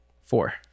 four